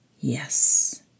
Yes